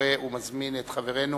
קורא ומזמין את חברנו